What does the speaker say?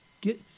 Get